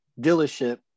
dealership